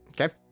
Okay